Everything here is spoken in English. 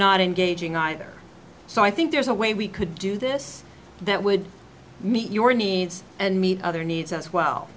not engaging either so i think there's a way we could do this that would meet your needs and meet other needs as well